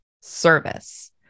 service